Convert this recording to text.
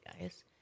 guys